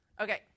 okay